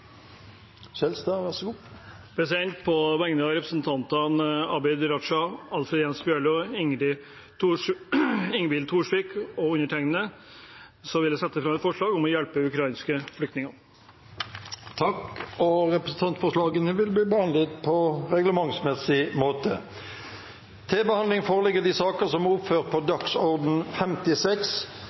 På vegne av representantene Abid Raja, Alfred Jens Bjørlo, Ingvild Wetrhus Thorsvik og undertegnede vil jeg framsette et forslag om å hjelpe ukrainske flyktninger. Forslagene vil bli behandlet på reglementsmessig måte. Før sakene på dagens kart tas opp til behandling,